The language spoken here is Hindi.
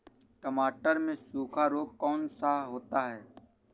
टमाटर में सूखा रोग कौन सा होता है?